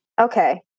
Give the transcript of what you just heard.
Okay